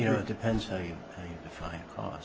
you know it depends how you define u